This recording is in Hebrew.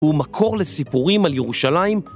הוא מקור לסיפורים על ירושלים.